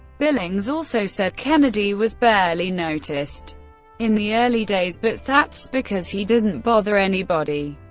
billings also said kennedy was barely noticed in the early days, but that's, because he didn't bother anybody.